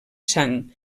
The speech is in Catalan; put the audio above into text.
sang